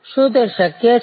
શું તે શક્ય છે